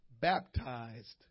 baptized